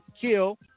kill